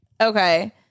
Okay